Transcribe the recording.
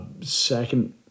second